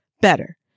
better